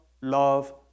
love